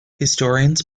historians